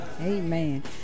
amen